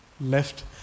left